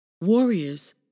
Warriors